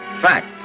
facts